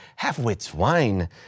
halfwitswine